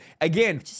Again